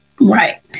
Right